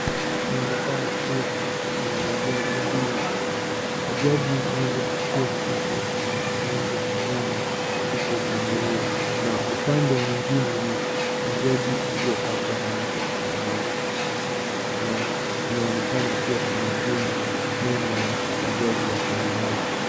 Inaonekana kua kuna bajaj mbili. Bajaj hii moja ikiwa imepakwa rangi ya manjano iko upande huu na upande mwingine ni bajaj iliopakwa rangi ya samawati, na kunaonekana kua kuna jumba nyuma ya bajaj ya rangi ya samawati.